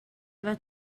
fod